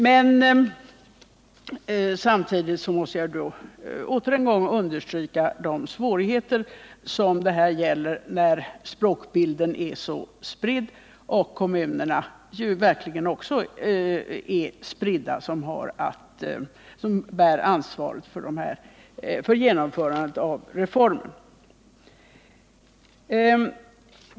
Men samtidigt måste jag åter en gång understryka de svårigheter som här finns på grund av att språkbilden är så spridd och att kommunerna som bär ansvaret för genomförande av reformen också är spridda.